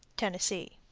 tennessee.